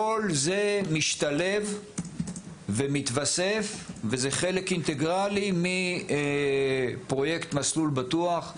כל זה משתלב ומתווסף וזה חלק אינטגרלי מפרויקט "מסלול בטוח"